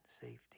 safety